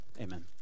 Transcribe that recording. amen